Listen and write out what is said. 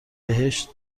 بهشت